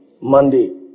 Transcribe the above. Monday